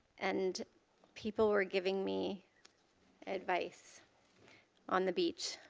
and people were giving me advice on the beach,